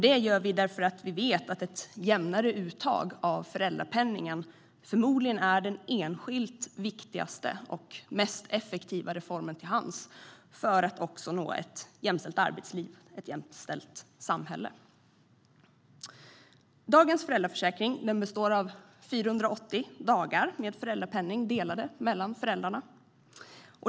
Det gör vi för att vi vet att ett jämnare uttag av föräldrapenningen förmodligen är den enskilt viktigaste och mest effektiva reformen till hands för att också nå ett jämställt arbetsliv och ett jämställt samhälle. Dagens föräldraförsäkring består av 480 dagar med föräldrapenning, delade mellan föräldrarna.